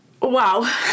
Wow